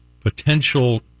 potential